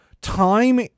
Time